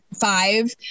five